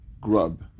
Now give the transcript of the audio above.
grub